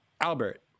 albert